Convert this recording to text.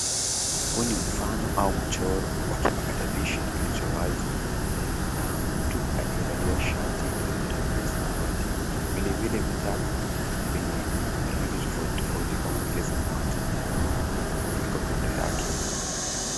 Huu ni mfano au mchoro wa kipakatilishi kilicho wazi na mtu aliyevalia shati lenye rangi ya samawati. Vile vile vitabu vyenye rangi tofauti tofauti kama vile samawati, nyekundu viko kando yake.